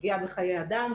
פגיעה בחיי אדם,